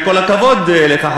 עם כל הכבוד לך,